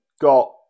got